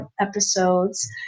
episodes